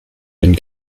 den